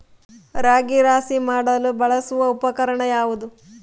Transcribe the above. ರಾಗಿ ರಾಶಿ ಮಾಡಲು ಬಳಸುವ ಉಪಕರಣ ಯಾವುದು?